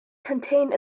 contained